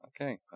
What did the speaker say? Okay